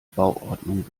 bauordnung